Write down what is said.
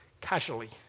casually